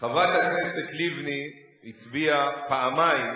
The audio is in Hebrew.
חברת הכנסת לבני הצביעה פעמיים,